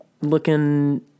looking